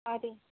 ಹಾಂ ರೀ